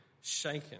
shaken